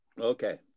Okay